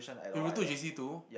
you retook J_C two